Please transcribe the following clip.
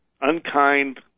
unkind